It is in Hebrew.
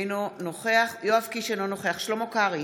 אינו נוכח יואב קיש, אינו נוכח שלמה קרעי,